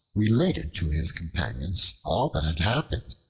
related to his companions all that had happened.